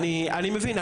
אני מבין.